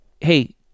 hey